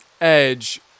edge